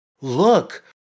look